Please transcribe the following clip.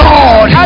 Lord